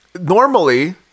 normally